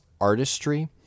artistry